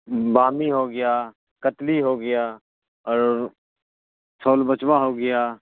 بامی ہو گیا کتلی ہو گیا اور سول بچوا ہو گیا